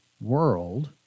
world